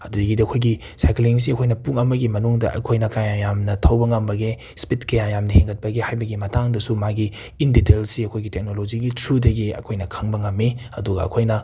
ꯑꯗꯒꯤꯗꯤ ꯑꯩꯈꯣꯏꯒꯤ ꯁꯥꯏꯀ꯭ꯂꯤꯡꯁꯤ ꯑꯩꯈꯣꯏꯅ ꯄꯨꯡ ꯑꯃꯒꯤ ꯃꯅꯨꯡꯗ ꯑꯩꯈꯣꯏꯅ ꯀꯌꯥ ꯌꯥꯝꯅ ꯊꯧꯕ ꯉꯝꯕꯒꯦ ꯁ꯭ꯄꯤꯠ ꯀꯌꯥ ꯌꯥꯝꯅ ꯍꯦꯟꯒꯠꯄꯒꯦ ꯍꯥꯏꯕꯒꯤ ꯃꯇꯥꯡꯗꯁꯨ ꯃꯥꯒꯤ ꯏꯟ ꯗꯤꯇꯦꯜꯁꯁꯤ ꯑꯩꯈꯣꯏꯒꯤ ꯇꯦꯛꯅꯣꯂꯣꯖꯤꯒꯤ ꯊ꯭ꯔꯨꯗꯒꯤ ꯑꯩꯈꯣꯏꯅ ꯈꯪꯕ ꯉꯝꯃꯤ ꯑꯗꯨꯒ ꯑꯈꯣꯏꯅ